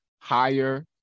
higher